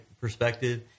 perspective